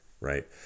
right